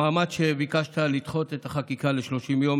במעמד שביקשת לדחות את החקיקה ב-30 יום,